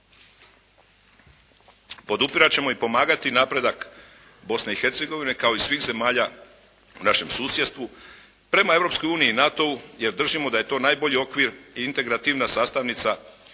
Podupirat ćemo i pomagati napredak Bosne i Hercegovine kao i svih zemalja u našem susjedstvu prema Europskoj uniji i NATO-u jer držimo da je to najbolji okvir i integrativna sastavnica za